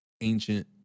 ancient